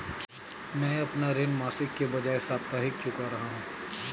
मैं अपना ऋण मासिक के बजाय साप्ताहिक चुका रहा हूँ